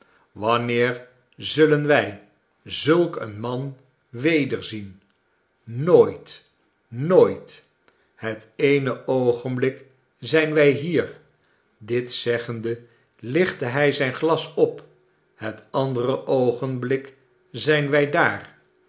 wanneer zullen wij zulk een man wederzien nooit nooitl het eene oogenblik zijn wij hier dit zeggende lichtte hij zijn glas op het andere oogenblik zijn wij daar